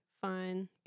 fine